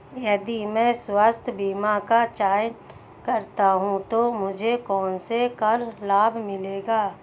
यदि मैं स्वास्थ्य बीमा का चयन करता हूँ तो मुझे कौन से कर लाभ मिलेंगे?